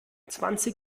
zwanzig